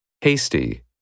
Hasty